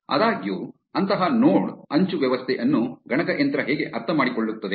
ಆದಾಗ್ಯೂ ಅಂತಹ ನೋಡ್ ಅಂಚು ವ್ಯವಸ್ಥೆ ಅನ್ನು ಗಣಕಯಂತ್ರ ಹೇಗೆ ಅರ್ಥಮಾಡಿಕೊಳ್ಳುತ್ತದೆ